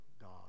God